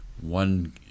one